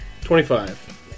twenty-five